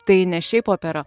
tai ne šiaip opera